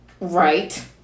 Right